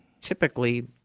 typically